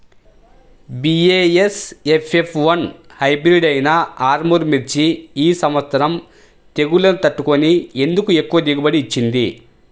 BASF F one hybrid అయినా ఆర్ముర్ మిర్చి ఈ సంవత్సరం తెగుళ్లును తట్టుకొని ఎందుకు ఎక్కువ దిగుబడి ఇచ్చింది?